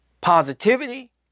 positivity